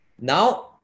Now